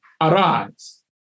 Arise